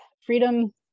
freedom